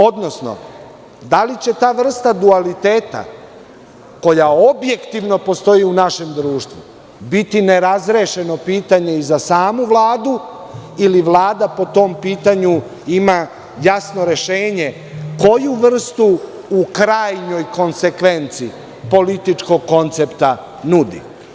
Odnosno, da li će ta vrsta dualiteta koja objektivno postoji u našem društvu biti ne razrešeno pitanje i za samu Vladu, ili Vlada po tom pitanju ima jasno rešenje koju vrstu u krajnjoj konsekvenci političkog koncepta nudi?